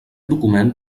document